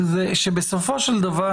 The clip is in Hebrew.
שבסופו של דבר,